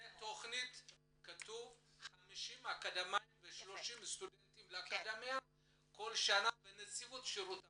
בתכנית כתוב 50 אקדמאים ו-30 סטודנטים כל שנה בנציבות שירות המדינה.